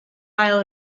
ail